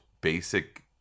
basic